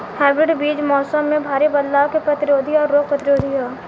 hybrid बीज मौसम में भारी बदलाव के प्रतिरोधी और रोग प्रतिरोधी ह